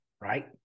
right